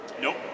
Nope